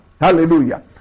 Hallelujah